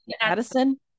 Addison